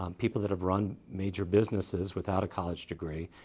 um people that have run major businesses without a college degree.